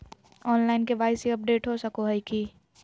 Online KYC update हो सको है की?